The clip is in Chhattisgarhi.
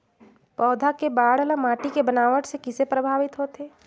पौधा के बाढ़ ल माटी के बनावट से किसे प्रभावित होथे?